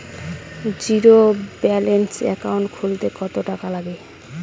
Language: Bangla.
জীরো ব্যালান্স একাউন্ট খুলতে কত টাকা লাগে?